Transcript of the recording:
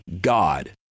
God